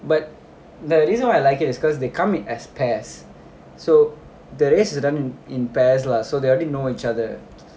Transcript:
but the reason why I like it is because they come in as pairs so the race is done in pairs lah so they already know each other